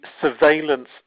surveillance